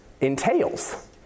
entails